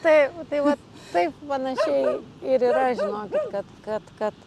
taip tai va taip panašiai ir yra žinokit kad kad kad